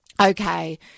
okay